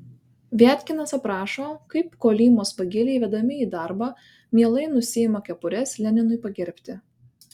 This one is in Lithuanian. viatkinas aprašo kaip kolymos vagiliai vedami į darbą mielai nusiima kepures leninui pagerbti